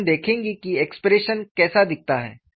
और हम देखेंगे कि एक्सप्रेशन कैसा दिखता है